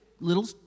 little